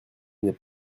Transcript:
n’est